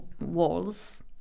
walls